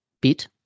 bit